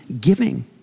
giving